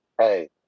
hey